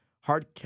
hard